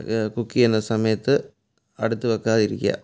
അഹ് cook ചെയ്യുന്ന സമയത്ത് അടുത്തു വെയ്ക്കാതിരിക്കുക